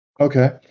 Okay